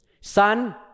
Son